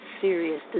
serious